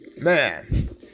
Man